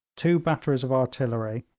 two batteries of artillery,